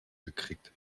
gekriegt